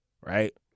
Right